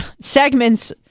segments